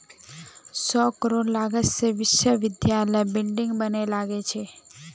सौ करोड़ लागत से विश्वविद्यालयत बिल्डिंग बने छे